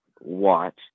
watch